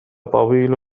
طويل